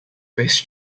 based